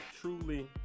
truly –